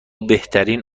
بهترین